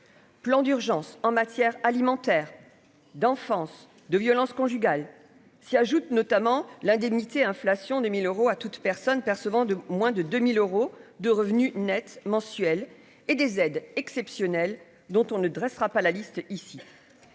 Plan d'urgence en matière alimentaire d'enfance de violences conjugales, s'y ajoutent notamment l'indemnité inflation des 1000 euros à toute personne percevant de moins de deux mille euros de revenu Net mensuel et des aides exceptionnelles dont on ne dressera pas la liste ici